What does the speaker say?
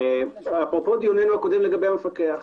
אפרופו הדיונים הקודמים לגבי המפקח,